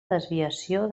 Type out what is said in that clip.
desviació